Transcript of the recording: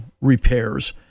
repairs